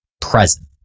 present